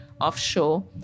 offshore